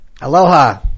Aloha